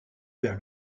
vers